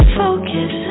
focus